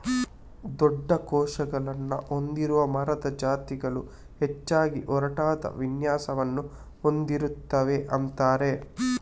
ದೊಡ್ಡ ಕೋಶಗಳನ್ನ ಹೊಂದಿರುವ ಮರದ ಜಾತಿಗಳು ಹೆಚ್ಚಾಗಿ ಒರಟಾದ ವಿನ್ಯಾಸವನ್ನ ಹೊಂದಿರ್ತವೆ ಅಂತಾರೆ